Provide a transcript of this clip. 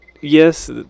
yes